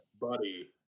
buddy